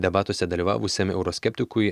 debatuose dalyvavusiam euroskeptikui